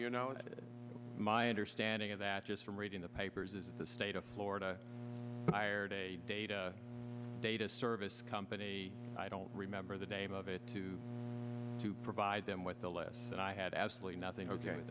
you know that my understanding of that just from reading the papers is the state of florida hired a data data service company i don't remember the name of it too to provide them with the left but i had absolutely nothing ok